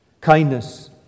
Kindness